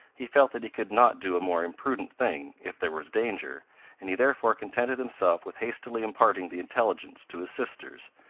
he felt that he could not do a more imprudent thing if there was danger and he therefore contented himself with hastily imparting the intelligence to his sisters,